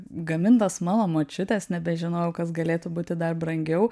gamintas mano močiutės nebežinojau kas galėtų būti dar brangiau